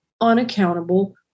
unaccountable